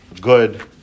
good